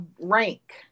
rank